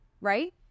right